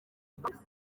bifatika